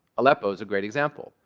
aleppo was a great example.